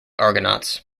argonauts